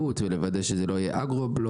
ולוודא שזה לא יהיה אגרו-בלוף,